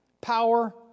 power